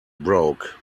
broke